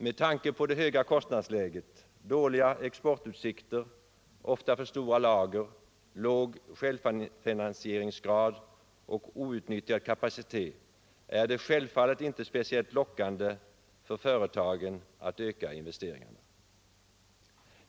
Med tanke på det höga kostnadsläget, dåliga exportutsikter, ofta för stora lager, låg självfinansieringsgrad och outnyttjad kapacitet är det självfallet inte speciellt lockande för företagen att öka investeringarna.